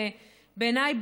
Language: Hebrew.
בעיניי,